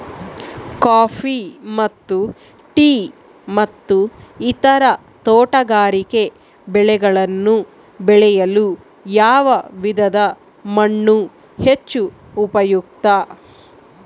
Coffee ಮತ್ತು tea ಮತ್ತು ಇತರ ತೋಟಗಾರಿಕೆ ಬೆಳೆಗಳನ್ನು ಬೆಳೆಯಲು ಯಾವ ವಿಧದ ಮಣ್ಣು ಹೆಚ್ಚು ಉಪಯುಕ್ತ?